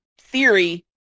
theory